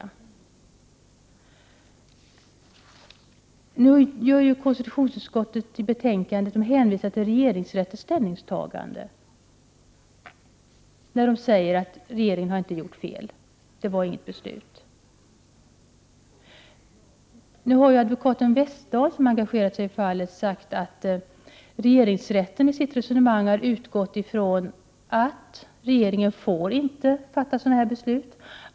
I sitt betänkande hänvisar konstitutionsutskottet till regeringsrättens ställningstagande och säger att regeringen inte har gjort fel. Det var inget beslut om att bygga en motorväg. Nu har advokaten Westdahl, som engagerat sig i fallet, sagt att regeringsrätten i sitt resonemang har utgått från att regeringen inte får fatta sådana beslut.